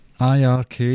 IRK